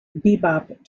bebop